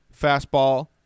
fastball